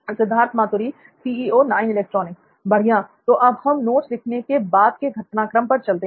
सिद्धार्थ मातुरी बढ़िया तो अब हम नोट्स लिखने की के "बाद" के घटनाक्रम पर चलते हैं